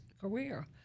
career